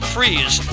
Freeze